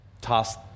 toss